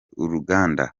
uruganda